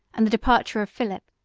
and the departure of philip,